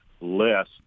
less